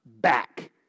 back